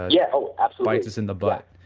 yeah oh absolutely bites us in the butt,